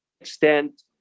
extent